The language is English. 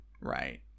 right